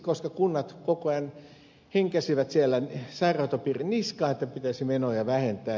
koska kunnat koko ajan henkäisivät siellä sairaanhoitopiirin niskaan että pitäisi menoja vähentää